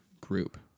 group